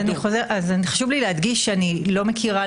חשוב לי להדגיש שאני לא מכירה,